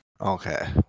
Okay